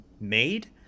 made